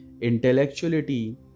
Intellectuality